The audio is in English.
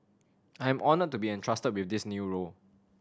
I am honoured to be entrusted with this new role